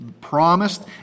promised